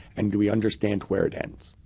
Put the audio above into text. and do we understand where it ends?